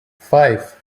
five